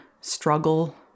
struggle